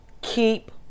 Keep